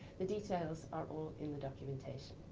the details are all in the documentation.